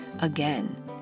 again